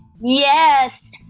Yes